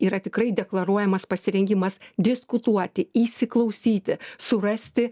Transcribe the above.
yra tikrai deklaruojamas pasirengimas diskutuoti įsiklausyti surasti